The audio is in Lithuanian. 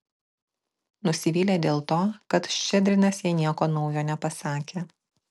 nusivylė dėl to kad ščedrinas jai nieko naujo nepasakė